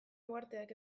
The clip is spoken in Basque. uharteak